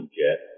get